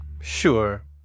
Sure